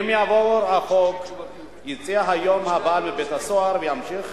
אם יעבור החוק, יצא היום הבעל מבית-הסוהר, ימשיך